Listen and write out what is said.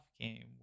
game